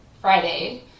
Friday